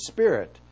Spirit